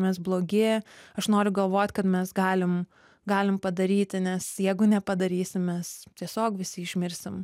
mes blogi aš noriu galvot kad mes galim galim padaryti nes jeigu nepadarysim mes tiesiog visi išmirsim